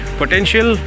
potential